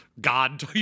God